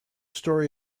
story